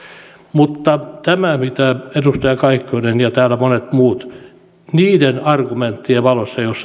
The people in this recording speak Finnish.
mutta tämä mitä edustaja kaikkonen ja täällä monet muut ovat esittäneet niiden argumenttien valossa